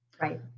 Right